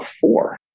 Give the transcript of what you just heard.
four